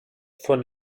von